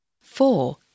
Four